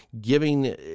giving